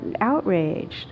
outraged